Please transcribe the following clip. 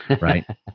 right